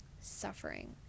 suffering